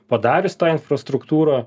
padarius tą infrastruktūrą